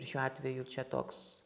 ir šiuo atveju čia toks